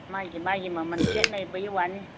ꯃꯥꯒꯤ ꯃꯥꯒꯤ ꯃꯃꯜ ꯈꯦꯅꯕꯒꯤ ꯋꯥꯅꯤ